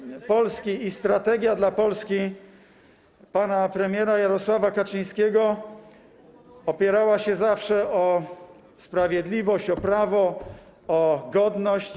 Ale wizja Polski i strategia dla Polski pana premiera Jarosława Kaczyńskiego opierała się zawsze o sprawiedliwość, o prawo, o godność.